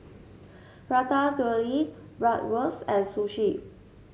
Ratatouille Bratwurst and Sushi